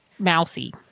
Mousy